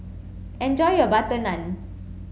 enjoy your butter Naan